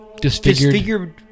disfigured